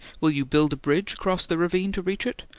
will you build a bridge across the ravine to reach it,